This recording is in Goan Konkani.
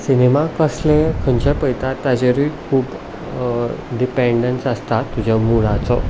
सिनेमा कसलें खंयचें पयता ताचेरूय खूब डिपेंडंस आसता तुज्या मुडाचो